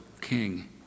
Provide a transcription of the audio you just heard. king